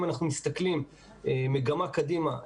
אם אנחנו מסתכלים מגמה קדימה,